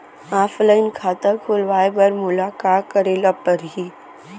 Offline खाता खोलवाय बर मोला का करे ल परही?